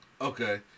okay